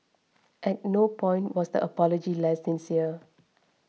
at no point was the apology less sincere